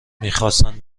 میخواستند